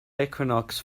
equinox